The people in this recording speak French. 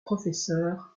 professeure